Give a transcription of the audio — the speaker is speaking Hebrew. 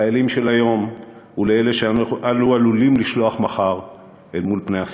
לחיילים של היום ולאלה שאנו עלולים לשלוח מחר אל מול פני הסכנה.